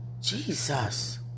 Jesus